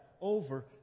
over